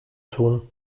tun